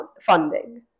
funding